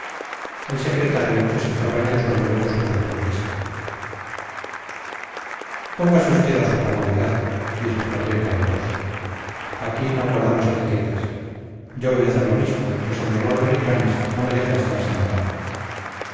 el secretario se sentaba en el suelo en postura turquesca póngase usted a su comodidad dijo cabrera al prócer aquí no guardamos etiquetas yo voy a hacer lo mismo pues el dolor de riñones no me deja estar sentado